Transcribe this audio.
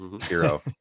hero